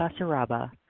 Basaraba